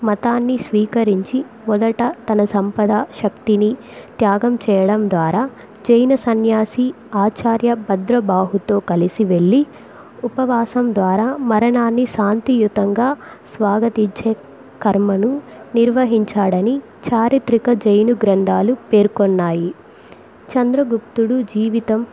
మతాన్ని స్వీకరించి మొదట తన సంపద శక్తిని త్యాగం చేయడం ద్వారా జైన సన్యాసి ఆచార్య భద్రబాహుతో కలిసి వెళ్ళి ఉపవాసం ద్వారా మరణాన్ని శాంతియుతంగా స్వాగతించే కర్మను నిర్వహించాడని చారిత్రక జైను గ్రంథాలు పేర్కొన్నాయి చంద్రగుప్తుడు జీవితం